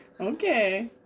Okay